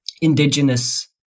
indigenous